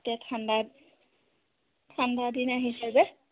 এতিয়া ঠাণ্ডা ঠাণ্ডা দিন আহিছে যে